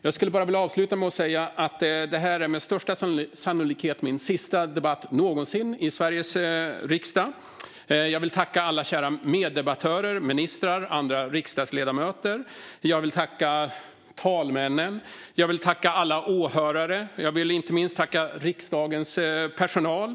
Jag vill avsluta med att säga att detta med största sannolikhet är min sista debatt någonsin i Sveriges riksdag. Jag vill tacka alla kära meddebattörer, ministrar och andra riksdagsledamöter. Jag vill tacka talmännen, jag vill tacka alla åhörare, och jag vill inte minst tacka riksdagens personal.